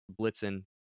blitzing